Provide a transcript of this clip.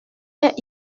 est